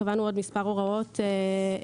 קבענו עוד מספר הוראות מהותיות,